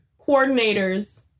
coordinators